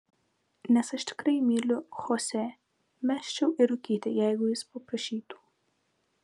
nes aš tikrai myliu chosė mesčiau ir rūkyti jeigu jis paprašytų